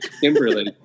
Kimberly